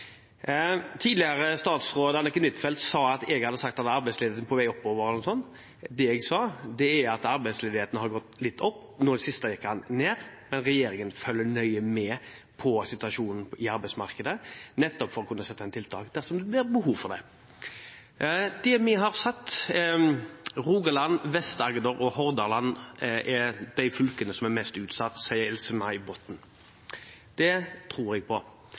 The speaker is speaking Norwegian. Tidligere statsråd Anniken Huitfeldt sa at jeg hadde sagt at arbeidsledigheten var på vei oppover, eller noe sånt. Det jeg sa, er at arbeidsledigheten har gått litt opp, nå i det siste gikk den ned, men regjeringen følger nøye med på situasjonen i arbeidsmarkedet, nettopp for å kunne sette inn tiltak dersom det blir behov for det. Det vi har sett, er at Rogaland, Vest-Agder og Hordaland er de fylkene som er mest utsatt, sier Else-May Botten. Det tror jeg på.